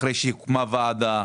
אחרי שהוקמה ועדה,